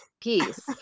peace